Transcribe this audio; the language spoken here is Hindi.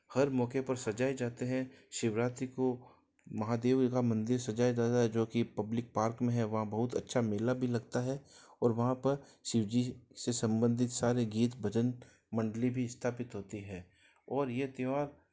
हर मौके पर सजाए जाते हैं शिवरात्रि को महादेव का मंदिर सजाया जाता है जो की पब्लिक पार्क में है वहाँ बहुत अच्छा मेला भी लगता है और वहाँ पर शिवजी से संबंधित सारे गीत भजन मण्डली भी स्थापित होती है और ये त्यौहार